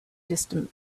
distant